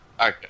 Okay